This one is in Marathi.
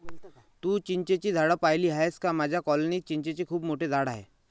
तू चिंचेची झाडे पाहिली आहेस का माझ्या कॉलनीत चिंचेचे खूप मोठे झाड आहे